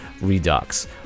Redux